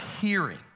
hearing